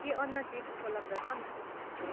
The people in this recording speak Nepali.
के अन्न चिज उपलब्ध छन्